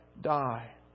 die